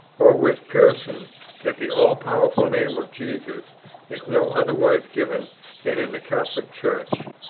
or with pearson that the all-powerful name of jesus is no otherwise given than in the catholic church.